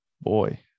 Boy